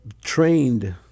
trained